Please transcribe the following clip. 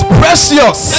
precious